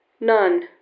None